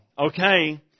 Okay